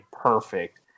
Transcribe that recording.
perfect